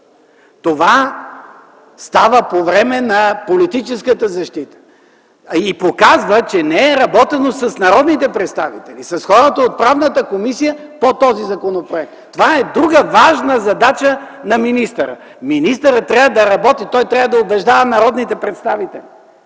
Това става по време на политическата защита и показва, че не е работено с народните представители, с хората от Комисията по правни въпроси по този законопроект. Това е друга важна задача на министъра. Министърът трябва да работи, той трябва да убеждава народните представители,